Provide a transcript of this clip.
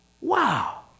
Wow